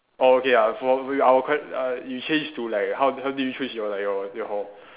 okay ah for err our que~ uh you change to like how how did you choose like your your